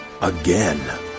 Again